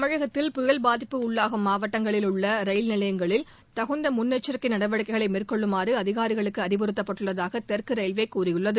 தமிழகத்தில் பயல் பாதிப்புக்கு உள்ளாகும் மாவட்டங்களில் உள்ள ரயில் நிலையங்களில் தகுந்த முன்னெச்சிக்கை நடவடிக்கைகளை மேற்கொள்ளுமாறும் அதிகாரிகளுக்கு அறிவுறத்தப்பட்டுள்ளதாக தெற்கு ரயில்வே தெரிவித்துள்ளது